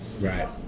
right